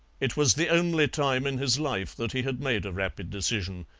it was the only time in his life that he had made a rapid decision.